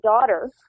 daughter